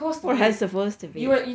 what was I supposed to be